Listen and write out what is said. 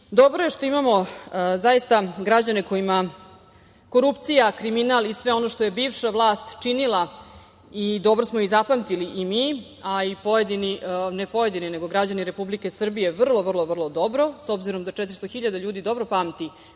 Dobro je što imamo građane kojima korupcija, kriminal i sve ono što je bivša vlast činila i dobro smo zapamtili i mi, a i građani Republike Srbije vrlo, vrlo, vrlo dobro, s obzirom da 400.000 ljudi dobro pamti